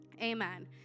Amen